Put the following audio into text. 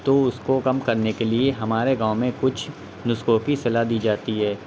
تو اس کے کم کرنے کے لیے ہمارے گاؤں میں کچھ نسخوں کی صلاح دی جاتی ہے